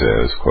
says